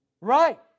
Right